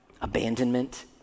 abandonment